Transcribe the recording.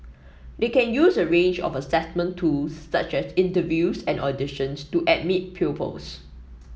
they can use a range of assessment tools such as interviews and auditions to admit pupils